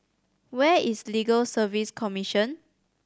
where is Legal Service Commission